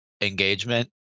engagement